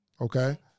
Okay